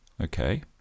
Okay